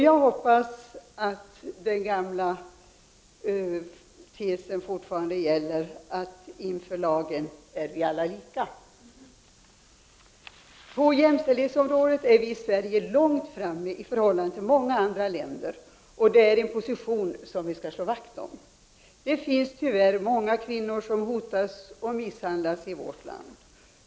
Jag hoppas att den gamla tesen fortfarande gäller, att inför lagen är vi alla lika. På jämställdhetsområdet har vi i Sverige kommit långt i förhållande till många andra länder, och det är en position som vi skall slå vakt om. Det är tyvärr många kvinnor som hotas och misshandlas i vårt land.